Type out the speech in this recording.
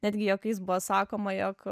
netgi juokais buvo sakoma jog